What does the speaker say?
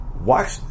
Watch